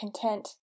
content